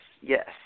Yes